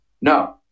No